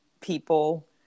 people